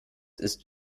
ist